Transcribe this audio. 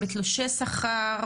תלושי שכר,